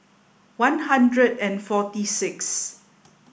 one hundred and forty six